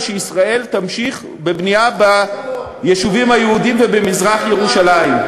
וישראל תמשיך בבנייה ביישובים היהודיים ובמזרח-ירושלים.